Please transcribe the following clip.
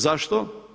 Zašto?